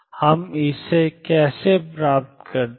हम इसे कैसे प्राप्त करते हैं